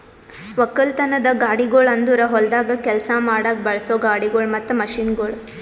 ಒಕ್ಕಲತನದ ಗಾಡಿಗೊಳ್ ಅಂದುರ್ ಹೊಲ್ದಾಗ್ ಕೆಲಸ ಮಾಡಾಗ್ ಬಳಸೋ ಗಾಡಿಗೊಳ್ ಮತ್ತ ಮಷೀನ್ಗೊಳ್